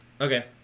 Okay